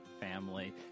family